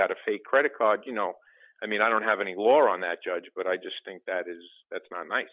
got a fake credit card you know i mean i don't have any lawyer on that judge but i just think that is that's